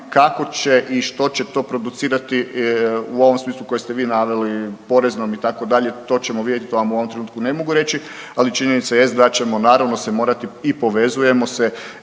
kako će i što će to producirati u ovom smislu koji ste vi naveli poreznom itd., to ćemo vidjeti, to vam u ovom trenutku ne mogu reći, ali činjenica jest da ćemo naravno se morati i povezujemo se